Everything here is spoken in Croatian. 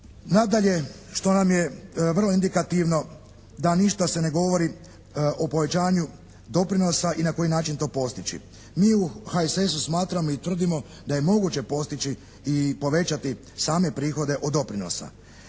Nadalje što nam je vrlo indikativno da ništa se ne govori o pojačanju doprinosa i na koji način to postići? Mi u HSS-u smatramo i tvrdimo da je moguće postići i povećati same prihode od doprinosa.